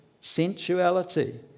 sensuality